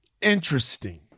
Interesting